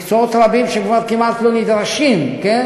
שמקצועות רבים כבר כמעט לא נדרשים בו.